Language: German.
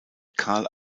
karl